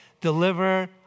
deliver